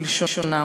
כלשונם,